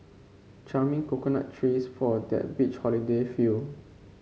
charming coconut trees for that beach holiday feel